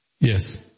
Yes